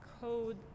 code